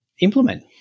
implement